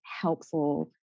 helpful